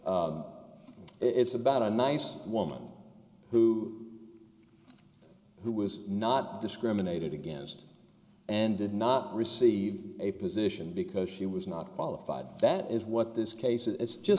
it's about a nice woman who who was not discriminated against and did not receive a position because she was not qualified that is what this case it's just